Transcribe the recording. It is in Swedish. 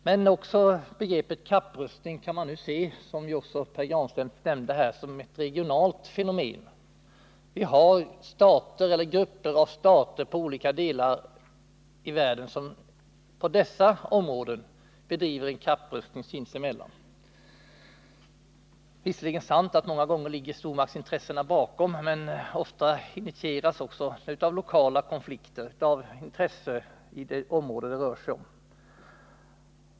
Men som Pär Granstedt nämnde här kan man se begreppet kapprustning som ett regionalt fenomen. Vi har stater eller grupper av stater i olika delar av världen, vilka på dessa områden bedriver en kapprustning sinsemellan. Det är visserligen sant att stormaktsintressena många gånger ligger bakom, men ofta initieras den av lokala konflikter, av intressen i det område det rör sig om.